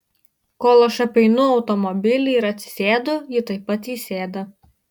kol aš apeinu automobilį ir atsisėdu ji taip pat įsėda